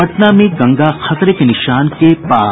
पटना में गंगा खतरे के निशान के पार